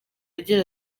agira